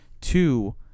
Two